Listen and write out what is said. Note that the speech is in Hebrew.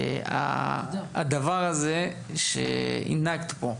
הדבר הזה שהנהגת פה,